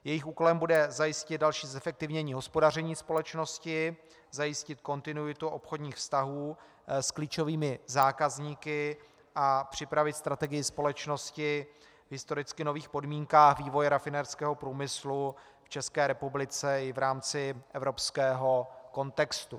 Jejich úkolem bude zajistit další zefektivnění hospodaření společnosti, zajistit kontinuitu obchodních vztahů s klíčovým zákazníky a připravit strategii společnosti v historicky nových podmínkách vývoje rafinérského průmyslu v České republice i v rámci evropského kontextu.